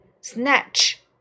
snatch